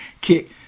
kick